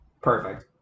Perfect